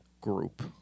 group